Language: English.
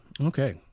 okay